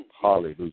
Hallelujah